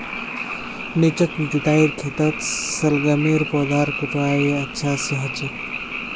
निचोत जुताईर खेतत शलगमेर पौधार फुटाव अच्छा स हछेक